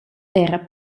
era